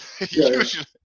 usually